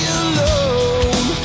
alone